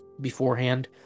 beforehand